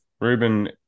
Ruben